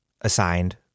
assigned